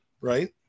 right